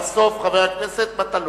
חבר הכנסת אחמד טיבי,